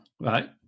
right